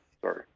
Sorry